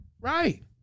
Right